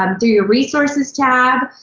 um through your resources tab,